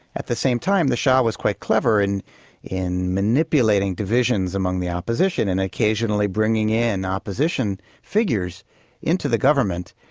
at the same time the shah was quite clever and in manipulating divisions among the opposition, and occasionally bringing in opposition figures into the government,